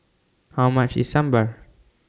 How much IS Sambar